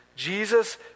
Jesus